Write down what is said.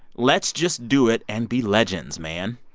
let's just do it and be legends, man.